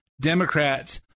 Democrats